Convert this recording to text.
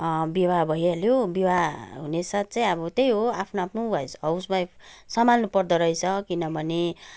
बिवाह भइहाल्यो बिवाह हुने साथ चाहिँ अब त्यही हो आफ्नो आफ्नो हाउस वाइफ सम्हालनु पर्दरहेछ किनभने